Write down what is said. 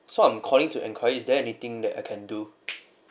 so I'm calling to enquire is there anything that I can do